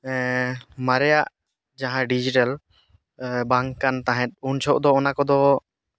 ᱢᱟᱨᱮᱭᱟᱜ ᱡᱟᱦᱟᱸ ᱰᱤᱡᱤᱴᱟᱞ ᱵᱟᱝᱠᱟᱱ ᱛᱟᱦᱮᱸᱫ ᱩᱱ ᱡᱚᱠᱷᱚᱱ ᱫᱚ ᱚᱱᱟ ᱠᱚᱫᱚ